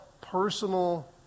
personal